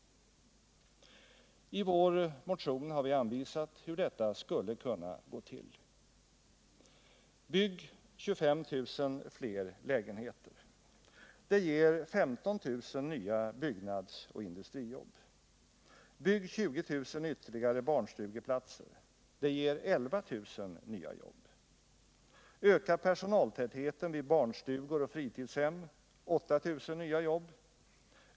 I vår motion har vi anvisat hur detta skulle kunna gå till: Bygg 25 000 fler lägenheter. Det ger 15 000 nya byggnadsoch industrijobb. Bygg 20 000 ytterligare barnstugeplatser. Det ger 11 000 nya jobb. Öka personaltätheten vid barnstugor och fritidshem — 8 000 nya jobb.